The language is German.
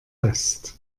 west